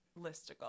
listicle